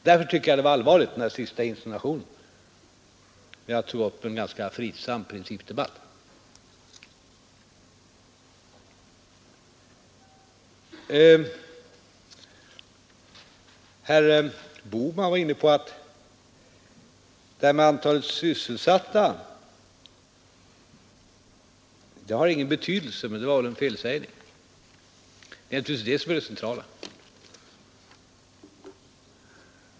Därför tycker jag att den sista insinuationen var allvarlig när jag tog upp en ganska fridsam principdebatt. Herr Bohman var inne på att antalet sysselsatta har ingen betydelse. Men det var väl en felsägning. Det är naturligtvis det som är det centrala.